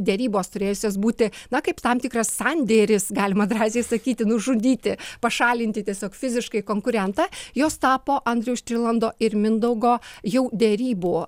derybos turėjusios būti na kaip tam tikras sandėris galima drąsiai sakyti nužudyti pašalinti tiesiog fiziškai konkurentą jos tapo andriaus štirlando ir mindaugo jau derybuo